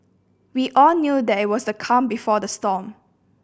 we all knew that it was the calm before the storm